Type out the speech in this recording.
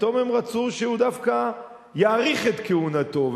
פתאום הם רצו שהוא דווקא יאריך את כהונתו.